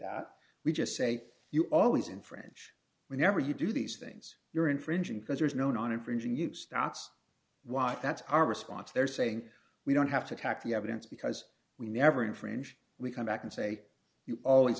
that we just say you always in french whenever you do these things you're infringing because there's no non infringing you stocks walk that's our response they're saying we don't have to attack the evidence because we never infringe we come back and say you always